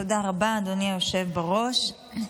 תודה רבה, אדוני היושב בראש.